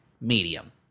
medium